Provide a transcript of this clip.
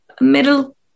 Middle